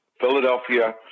Philadelphia